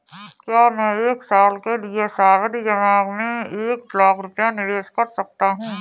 क्या मैं एक साल के लिए सावधि जमा में एक लाख रुपये निवेश कर सकता हूँ?